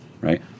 right